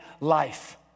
life